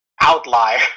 outlier